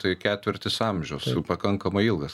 tai ketvirtis amžiaus pakankamai ilgas